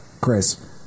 Chris